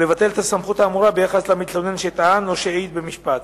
ולבטל את הסמכות האמורה ביחס למתלונן שטען או שהעיד במשפט.